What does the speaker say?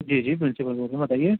جی جی پرنسپل بول بتائیے